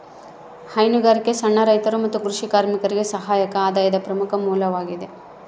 ಹೈನುಗಾರಿಕೆ ಸಣ್ಣ ರೈತರು ಮತ್ತು ಕೃಷಿ ಕಾರ್ಮಿಕರಿಗೆ ಸಹಾಯಕ ಆದಾಯದ ಪ್ರಮುಖ ಮೂಲವಾಗ್ಯದ